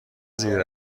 زیر